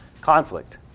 conflict